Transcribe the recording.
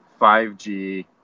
5G